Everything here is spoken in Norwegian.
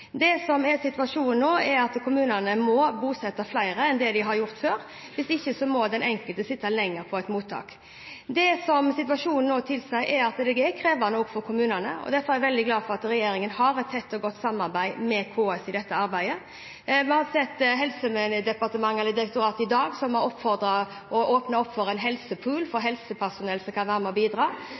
Det som er situasjonen nå, er at kommunene må bosette flere enn det de har gjort før, hvis ikke må den enkelte sitte lenger i mottak. Det som situasjonen nå tilsier, er at det også er krevende for kommunene, og derfor er jeg veldig glad for at regjeringen har et tett og godt samarbeid med KS i dette arbeidet. Vi har sett at Helsedirektoratet i dag har oppfordret til å åpne opp for en helsepool for helsepersonell som kan være med og bidra.